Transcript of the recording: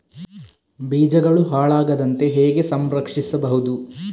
ಬೀಜಗಳು ಹಾಳಾಗದಂತೆ ಹೇಗೆ ಸಂರಕ್ಷಿಸಬಹುದು?